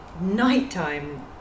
nighttime